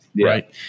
Right